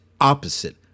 opposite